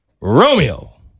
Romeo